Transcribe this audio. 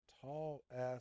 tall-ass